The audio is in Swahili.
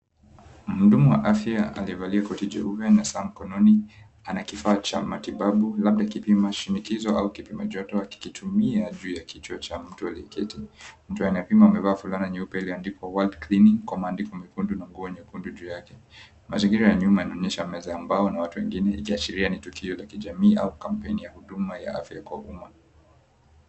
Mhudumu wa afya aliyevalia koti jeupe na saa mkononi, ana kifaa cha matibabau labda kipima shinikizo au kipima joto, akikitumia juu ya kichwa hicho cha mtu aliyeketi. Mtu huyo amevaa fulana nyeupe iliyoandikwa kwa maandiko mekundu na nguo nyekundu juu yake. Mazingira ya nyuma inaonyehsa meza ya mbao na watu wengine ikiashiria ni tukio la jamii au kampeni ya afya kwa huduma.